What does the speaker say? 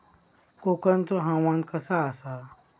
कोकनचो हवामान कसा आसा?